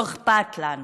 לא אכפת לנו.